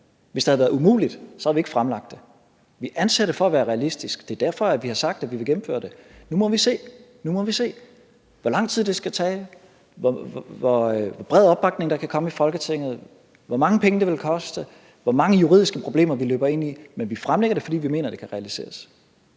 Hvis det havde været umuligt, havde vi ikke fremlagt det. Vi anser det for at være realistisk. Det er derfor, vi har sagt, at vi vil gennemføre det. Nu må vi se, hvor lang tid det vil tage, hvor bred opbakning der kan komme i Folketinget, hvor mange penge det vil koste, hvor mange juridiske problemer vi løber ind i. Men vi fremlægger det, fordi vi mener, det kan realiseres.